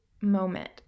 moment